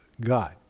God